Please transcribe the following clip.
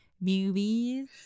movies